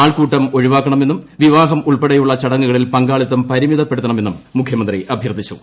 ആൾക്കൂട്ടം ഒഴിവാക്കണമെന്നും വിവാഹം ഉൾപ്പെടെയുള്ള ചടങ്ങുകളിൽ പങ്കാളിത്തം പരിമിതപ്പെടുത്തണമെന്നും മുഖ്യമന്ത്രി അഭ്യർത്ഥിച്ചു